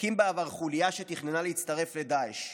הקים בעבר חוליה שתכננה להצטרף לדאעש.